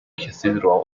cathedral